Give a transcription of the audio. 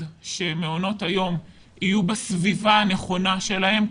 שמעונות היום יהיו בסביבה הנכונה שלהם,